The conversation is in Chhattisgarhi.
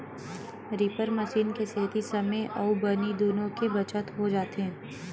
रीपर मसीन के सेती समे अउ बनी दुनो के बचत हो जाथे